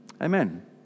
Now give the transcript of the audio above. Amen